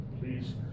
Please